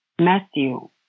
Matthew